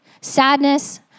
sadness